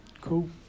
Cool